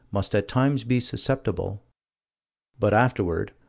must at times be susceptible but, afterward,